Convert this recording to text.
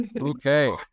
Okay